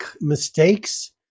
mistakes